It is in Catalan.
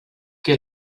que